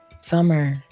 Summer